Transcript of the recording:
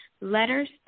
letters